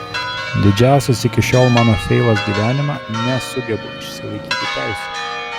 didžiausias iki šiol mano feilas gyvenime nesugebu išsilaikyti teisių